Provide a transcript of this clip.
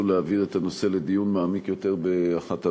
להעביר את הנושא לדיון מעמיק יותר באחת הוועדות.